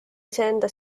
iseenda